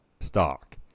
stock